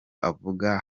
avuga